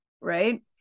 right